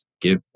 give